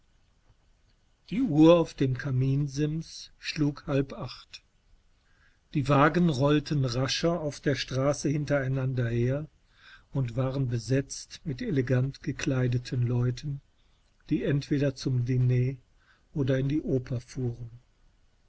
die uhr auf dem kaminsims schlug halb acht die wagen rollten rascher auf der straße hintereinander her und waren besetzt mit elegant gekleideten leuten die entweder zum diner oder in die oper fuhren